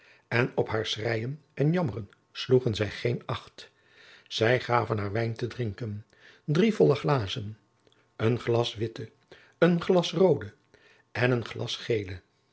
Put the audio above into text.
en op haar schreien en jammeren sloegen zij geen acht zij gaven haar wijn te drinken drie volle glazen een glas witte een glas roode en een glas gele